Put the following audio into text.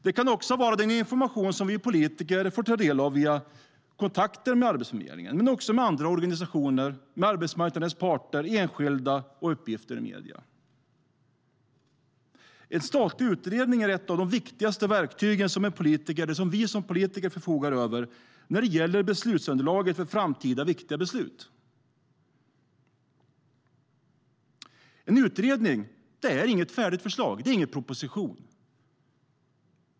Det kan också vara den information som vi politiker får del av via kontakter med Arbetsförmedlingen, andra organisationer, arbetsmarknadens parter, enskilda och uppgifter i medier. En statlig utredning är ett av de viktigaste verktygen som vi politiker förfogar över när det gäller beslutsunderlaget för framtida viktiga beslut. En utredning är inget färdigt förslag. Det är ingen proposition.